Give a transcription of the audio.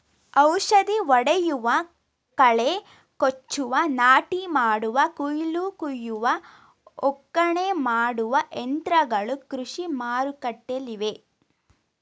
ಔಷಧಿ ಹೊಡೆಯುವ, ಕಳೆ ಕೊಚ್ಚುವ, ನಾಟಿ ಮಾಡುವ, ಕುಯಿಲು ಕುಯ್ಯುವ, ಒಕ್ಕಣೆ ಮಾಡುವ ಯಂತ್ರಗಳು ಕೃಷಿ ಮಾರುಕಟ್ಟೆಲ್ಲಿವೆ